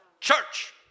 Church